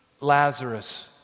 Lazarus